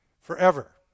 Forever